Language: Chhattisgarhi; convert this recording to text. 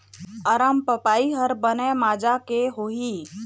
अरमपपई हर बने माजा के होही?